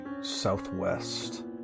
southwest